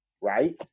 right